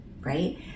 right